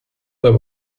there